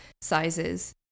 sizes